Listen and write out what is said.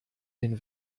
den